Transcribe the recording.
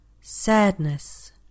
sadness